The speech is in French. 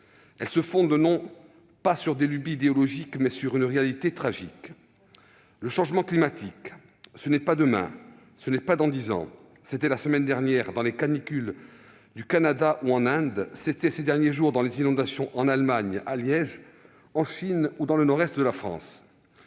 elle se fonde non pas sur des lubies idéologiques, mais sur une réalité tragique. Le changement climatique, ce n'est pas demain, ce n'est pas dans dix ans : c'était la semaine dernière, avec les canicules au Canada ou en Inde ; c'était ces derniers jours, avec les inondations en Allemagne, à Liège, en Chine ou dans le nord-est de la France.